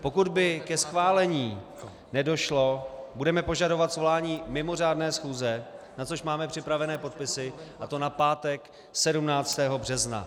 Pokud by ke schválení nedošlo, budeme požadovat svolání mimořádné schůze, na což máme připravené podpisy, a to na pátek 17. března.